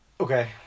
okay